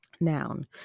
Noun